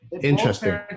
Interesting